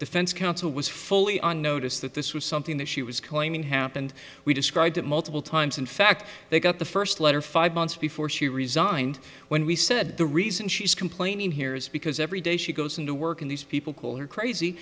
defense counsel was fully on notice that this was something that she was claiming happened we described it multiple times in fact they got the first letter five months before she resigned when we said the reason she's complaining here is because every day she goes in to work in these people call her crazy